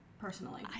Personally